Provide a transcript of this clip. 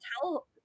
tell